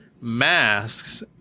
masks